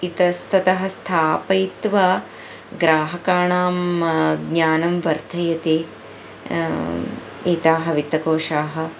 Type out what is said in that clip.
इतस्ततः स्थापयित्वा ग्राहकाणां ज्ञानं वर्धयते एताः वित्तकोशाः